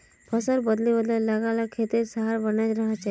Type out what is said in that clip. फसल बदले बदले लगा ल खेतेर सहार बने रहछेक